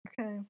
Okay